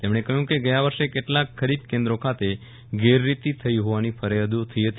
તે મણે કહ્યું કેગયા વર્ષે કેટલાંક ખરીદ કેન્દ્રાે ખાતે ગે રરીતી થઇ હો વાની ફરીયાદો થઇ હતી